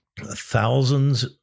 thousands